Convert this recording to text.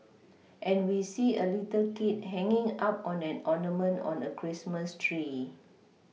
and we see a little kid hanging up on an ornament on a Christmas tree